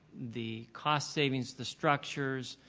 the cost savings, the structures,